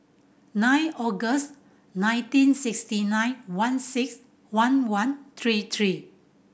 nine August nineteen sixty nine one six one one three three